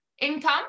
income